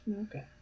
okay